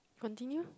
continue